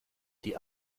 die